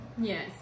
Yes